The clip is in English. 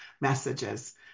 messages